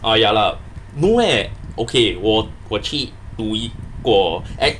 uh ya lah no eh okay 我我去读一过